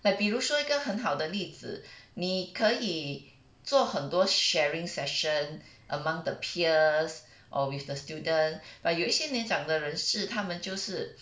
like 比如说一个很好的例子你可以做很多 sharing session among the peers or with the student but 有一些年长人士他们就是